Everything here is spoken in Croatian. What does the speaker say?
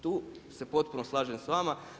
Tu se potopno slažem s vama.